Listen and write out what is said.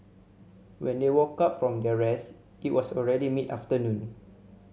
when they woke up from their rest it was already mid afternoon